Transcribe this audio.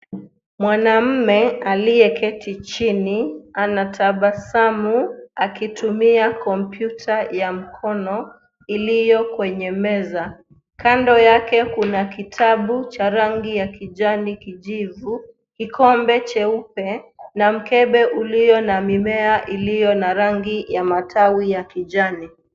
Mwanamume aliyeketi chini anatabasamu akitumia kompyuta ya mkono iliyo kwenye meza. Kando yake kuna kitabu cha rangi ya kijani kijivu, kikombe cheupe na mkebe ulio na mimea iliyo na rangi ya matawi ya kijani.